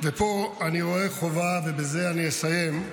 ופה אני רואה חובה, ובזה אסיים,